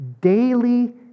daily